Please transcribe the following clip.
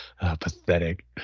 Pathetic